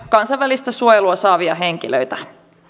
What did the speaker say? kansainvälistä suojelua saavia henkilöitä